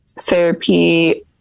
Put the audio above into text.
therapy